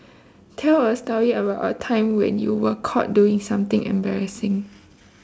tell a story about a time when you were caught doing something embarrassing